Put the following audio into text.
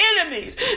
enemies